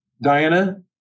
Diana